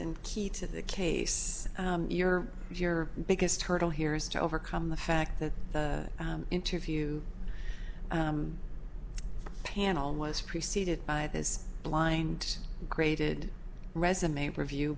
and key to the case your biggest hurdle here is to overcome the fact that the interview panel was preceded by this blind graded resume review